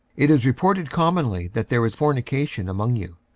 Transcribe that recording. it is reported commonly that there is fornication among you,